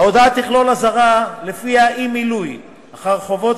ההודעה תכלול אזהרה שלפיה אי-מילוי חובת